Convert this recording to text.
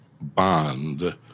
bond